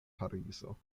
parizo